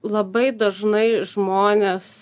labai dažnai žmonės